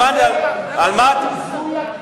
זה ביזוי הכנסת.